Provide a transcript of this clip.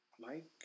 Mike